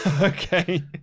Okay